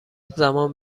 زمان